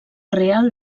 real